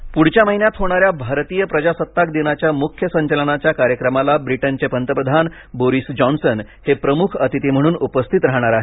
प्रजासत्ताक दिन पुढच्या महिन्यात होणाऱ्या भारतीय प्रजासत्ताक दिनाच्या मुख्य संचलनाच्या कार्यक्रमाला ब्रिटनचे पंतप्रधान बोरिस जॉन्सन हे प्रमुख अतिथी म्हणून उपस्थित राहणार आहेत